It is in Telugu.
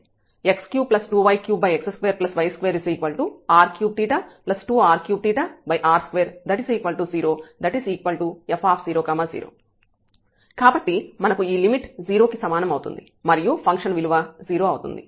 x32y3x2y2 r3 2r3 r2 0f00 కాబట్టి మనకు ఈ లిమిట్ 0 కి సమానం అవుతుంది మరియు ఫంక్షన్ విలువ 0 అవుతుంది